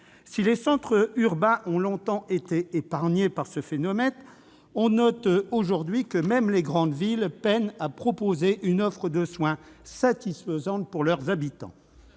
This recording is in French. Si les centres urbains ont longtemps été épargnés par ce phénomène, on note aujourd'hui que même les grandes villes peinent à proposer une offre de soins satisfaisante pour leurs habitants.